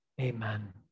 Amen